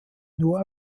nur